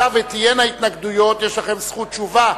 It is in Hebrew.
אם תהיינה התנגדויות יש לכם זכות תשובה,